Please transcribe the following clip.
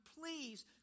Please